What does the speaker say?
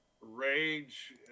rage